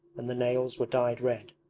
and the nails were dyed red.